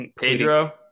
Pedro